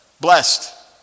Blessed